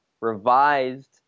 revised